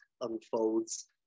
unfolds